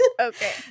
Okay